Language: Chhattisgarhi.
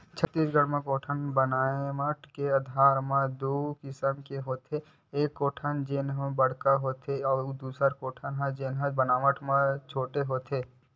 छत्तीसगढ़ म कोटना बनावट के आधार म दू किसम के होथे, एक कोटना जेन बड़का होथे अउ दूसर कोटना जेन बनावट म छोटे होथे